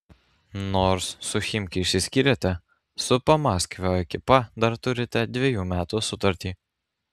nors su chimki išsiskyrėte su pamaskvio ekipa dar turite dvejų metų sutartį